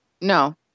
no